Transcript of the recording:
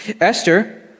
Esther